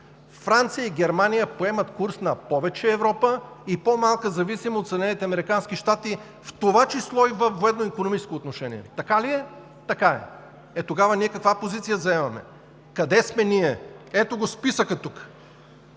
Франция и Германия поемат курс на повече Европа и по-малка зависимост от Съединените американски щати, в това число и във военно-икономическо отношение. Така ли е? Така е. Е, тогава ние каква позиция заемаме? Къде сме ние? Ето го списъка тук.